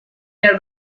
air